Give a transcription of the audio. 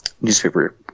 newspaper